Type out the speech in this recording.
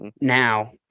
now